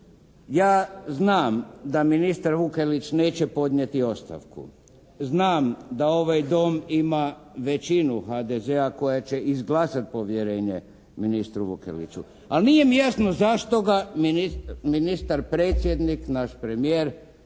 Ja znam da ministar Vukelić neće podnijeti ostavku. Znam da ovaj Dom ima većinu HDZ-a koja će izglasati povjerenje ministru Vukeliću. Ali nije mi jasno zašto ga ministar, predsjednik, naš premijer,